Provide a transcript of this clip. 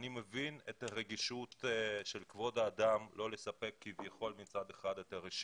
אני מבין את הרגישות של כבוד האדם לא לספק כביכול מצד אחד את הרשימות,